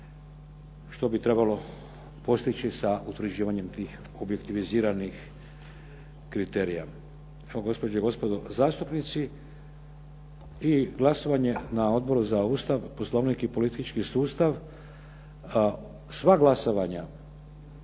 što bi trebalo postići sa utvrđivanjem tih objektiviziranih kriterija. Evo, gospođe i gospodo zastupnici, i glasovanje na Odboru za Ustav, Poslovnik i politički sustav, sva glasovanja